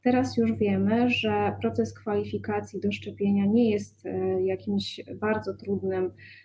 Teraz już wiemy, że proces kwalifikacji do szczepienia nie jest bardzo trudny.